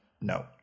No